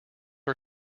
are